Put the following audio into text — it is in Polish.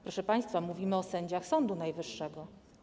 Proszę państwa, mówimy o sędziach Sądu Najwyższego.